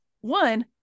one